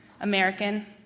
American